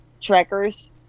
trackers